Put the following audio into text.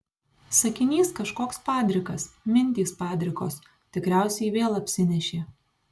sakinys kažkoks padrikas mintys padrikos tikriausiai vėl apsinešė